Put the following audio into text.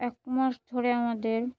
এক মাস ধরে আমাদের